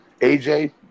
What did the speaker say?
AJ